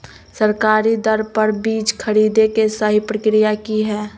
सरकारी दर पर बीज खरीदें के सही प्रक्रिया की हय?